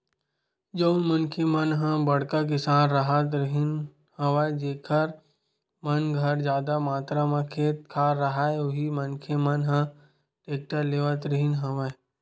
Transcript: जउन मनखे मन ह बड़का किसान राहत रिहिन हवय जेखर मन घर जादा मातरा म खेत खार राहय उही मनखे मन ह टेक्टर लेवत रिहिन हवय